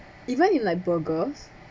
even in like burgers